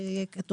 יובל?